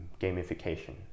gamification